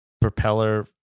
propeller